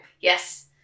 Yes